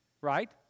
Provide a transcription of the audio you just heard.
right